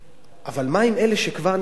אבל מה עם אלה שכבר נמצאים?